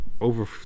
over